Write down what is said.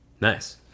Nice